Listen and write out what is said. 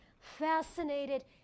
fascinated